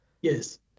yes